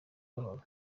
gahoro